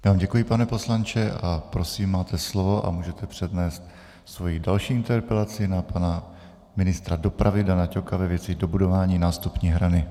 Já vám děkuji, pane poslanče, a prosím, máte slovo a můžete přednést svou další interpelaci na pana ministra dopravy Dana Ťoka ve věci dobudování nástupní hrany.